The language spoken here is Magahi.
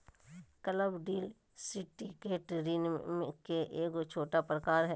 क्लब डील सिंडिकेट ऋण के एगो छोटा प्रकार हय